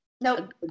Nope